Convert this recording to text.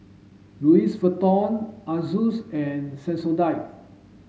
Louis Vuitton Asus and Sensodyne